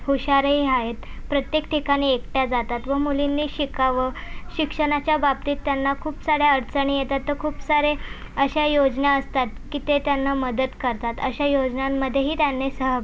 हुशारही आहेत प्रत्येक ठिकाणी एकट्या जातात व मुलींनी शिकावं शिक्षणाच्या बाबतीत त्यांना खूप साऱ्या अडचणी येतात तर खूप साऱ्या अशा योजना असतात की ते त्यांना मदत करतात अशा योजनांमध्येही त्यांनी सहभागी व्हावे